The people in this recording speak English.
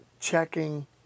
checking